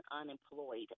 unemployed